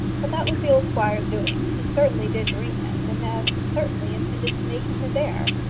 but that was the old squire's doing. he certainly did bring him, and as certainly intended to make him his heir.